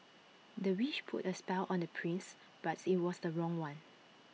the witch put A spell on the prince but IT was the wrong one